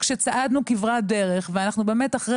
כשצעדנו כברת דרך ואנחנו באמת אחרי